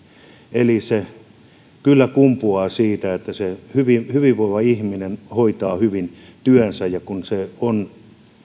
eli kyllä se kumpuaa siitä että se hyvinvoiva ihminen hoitaa hyvin työnsä ja kun se on